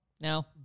No